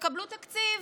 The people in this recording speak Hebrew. תקבלו תקציב,